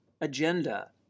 agenda